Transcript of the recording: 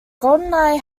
goldeneye